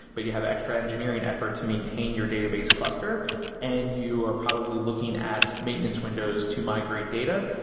but you have extra engineering effort to maintain your database cluster and you are probably looking at maintenance windows to migrate data,